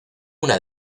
una